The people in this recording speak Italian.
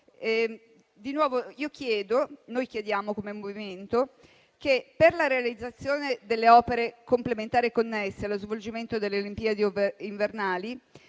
Il Movimento chiede che per la realizzazione delle opere complementari connesse allo svolgimento delle Olimpiadi invernali,